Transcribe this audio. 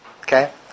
okay